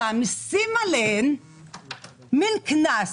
מעמיסים עליהן מעין קנס.